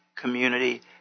Community